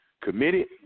Committed